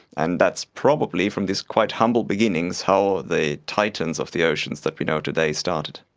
and that's probably, from these quite humble beginnings, how the titans of the oceans that we know today started.